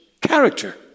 character